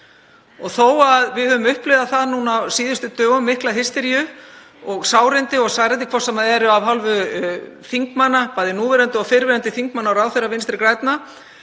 og þó að við höfum upplifað á síðustu dögum mikla hysteríu og særindi hvort sem er af hálfu þingmanna, bæði núverandi og fyrrverandi þingmanna og ráðherra Vinstri grænna